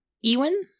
Ewan